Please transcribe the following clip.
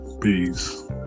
Peace